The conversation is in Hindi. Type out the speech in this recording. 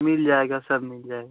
मिल जाएगा सब मिल जाएगा